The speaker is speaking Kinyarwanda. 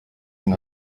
nka